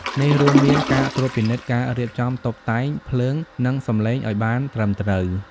នេះរួមមានការ ត្រួតពិនិត្យការរៀបចំតុបតែង ភ្លើង និងសំឡេងឱ្យបានត្រឹមត្រូវ។